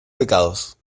pecados